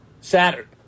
Saturday